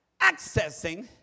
accessing